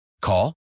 Call